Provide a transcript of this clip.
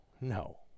No